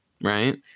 right